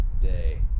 day